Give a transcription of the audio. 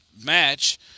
match